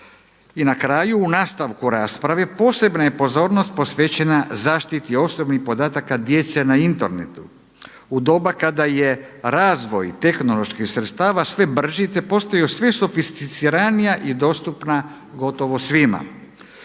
I na kraju, u nastavku rasprave posebna je pozornost posvećena zaštiti osobnih podataka djece na internetu. U doba kada je razvoj tehnoloških sredstava sve brži, te postaju sve sofisticiranija i dostupna gotovo svima.